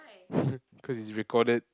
cause it's recorded